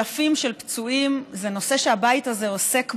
אלפים של פצועים, זה נושא שהבית הזה עוסק בו.